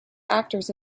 actors